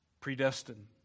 Predestined